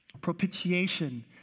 Propitiation